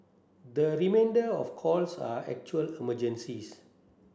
the remainder of calls are actual emergencies